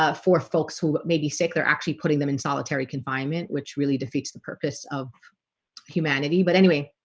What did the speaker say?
ah for folks who may be sick. they're actually putting them in solitary confinement, which really defeats the purpose of humanity, but anyway,